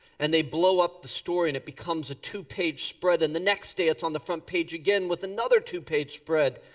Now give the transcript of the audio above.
and they blow up the story and that becomes a two page spread and the next day it's on the front page again with another two page spread.